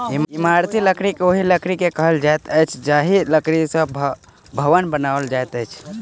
इमारती लकड़ी ओहि लकड़ी के कहल जाइत अछि जाहि लकड़ी सॅ भवन बनाओल जाइत अछि